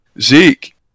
Zeke